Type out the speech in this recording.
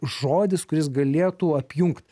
žodis kuris galėtų apjungt